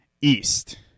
east